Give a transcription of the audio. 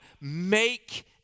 make